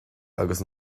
agus